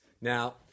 Now